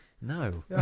No